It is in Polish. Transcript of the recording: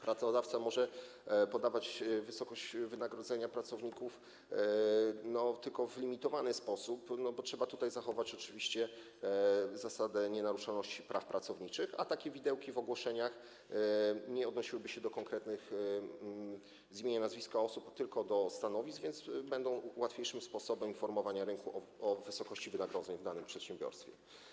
Pracodawca może podawać wysokość wynagrodzenia pracowników tylko w limitowany sposób, bo trzeba tutaj zachować oczywiście zasadę nienaruszalności praw pracowniczych, a takie widełki w ogłoszeniach nie odnosiłyby się do konkretnych, z imienia i z nazwiska, osób, tylko do stanowisk, więc będzie to łatwiejszy sposób informowania rynku o wysokości wynagrodzeń w danym przedsiębiorstwie.